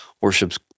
worships